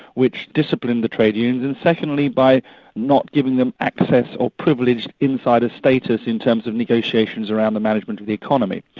which disciplined the trade unions, and secondly by not giving them access or privileged insider status in terms of negotiations around the management of the economy.